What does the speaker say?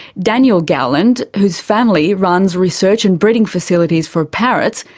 daniel gowland, whose family runs research and breeding facilities for parrots,